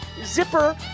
zipper